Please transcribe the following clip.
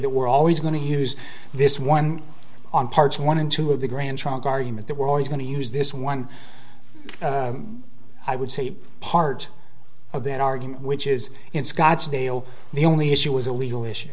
that we're always going to use this one on parts one and two of the grand trunk argument that we're always going to use this one i would say part of an argument which is in scottsdale the only issue is a legal issue